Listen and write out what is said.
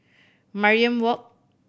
Mariam Walk